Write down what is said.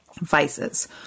vices